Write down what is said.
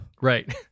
Right